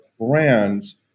brands